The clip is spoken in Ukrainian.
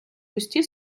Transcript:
густі